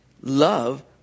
love